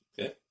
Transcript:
Okay